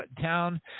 town